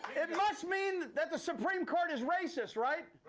it must mean that the supreme court is racist, right?